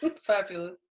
Fabulous